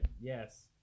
Yes